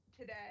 today